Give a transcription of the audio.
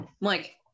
Mike